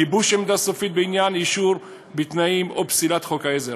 גיבוש עמדה סופית בעניין אישור בתנאים או פסילת חוק העזר.